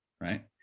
Right